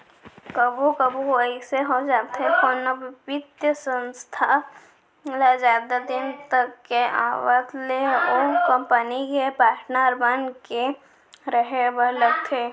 कभू कभू अइसे हो जाथे कोनो बित्तीय संस्था ल जादा दिन तक के आवत ले ओ कंपनी के पाटनर बन के रहें बर लगथे